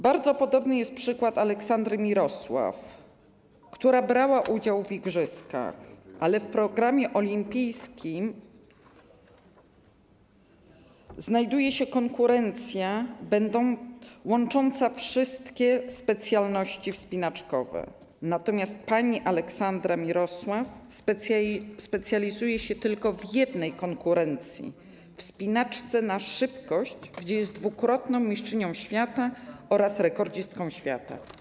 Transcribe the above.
Bardzo podobny jest przykład Aleksandry Mirosław, która brała udział w igrzyskach, ale w programie olimpijskim znajduje się konkurencja łącząca wszystkie specjalności wspinaczkowe, natomiast pani Aleksandra Mirosław specjalizuje się tylko w jednej konkurencji - wspinaczce na szybkość, gdzie jest dwukrotną mistrzynią świata oraz rekordzistką świata.